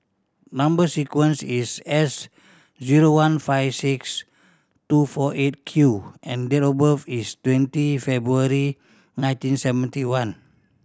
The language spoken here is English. number sequence is S zero one five six two four Eight Q and date of birth is twenty February nineteen seventy one